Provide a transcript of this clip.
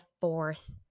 fourth